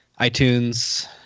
iTunes